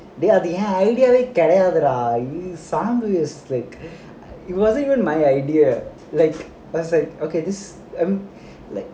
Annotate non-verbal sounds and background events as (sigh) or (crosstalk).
dey அது என்:adhu en idea வே கிடையாதுடா:vae kidaiyaathudaa (laughs) it wasn't even my idea like I say okay this like